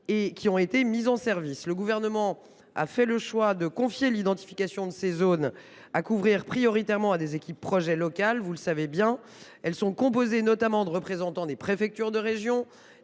qui ont été mis en service. Vous le savez, le Gouvernement a fait le choix de confier l’identification des zones à couvrir prioritairement à des équipes projet locales. Elles sont composées notamment de représentants des préfectures de région,